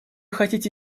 хотите